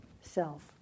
self